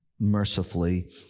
mercifully